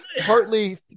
partly